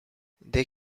they